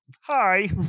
hi